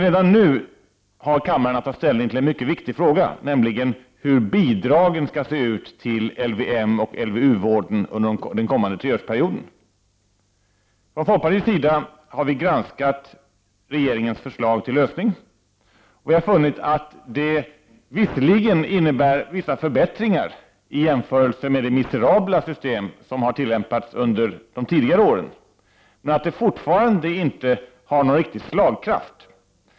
Redan nu har kammaren att ta ställning till en mycket viktig fråga, nämligen hur bidragen för LVM och LVU-vården skall se ut under den kommande treårsperioden. Från folkpartiets sida har vi granskat regeringens förslag till lösning. Vi har funnit att det visserligen innebär vissa förbättringar i jämförelse med det miserabla system som har tillämpats under tidigare år, men att det fortfarande inte har någon riktig slagkraft.